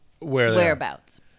whereabouts